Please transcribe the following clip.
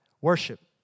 worship